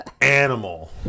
animal